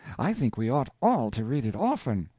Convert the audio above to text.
i think we ought all to read it often.